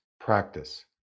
practice